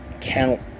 count